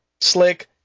Slick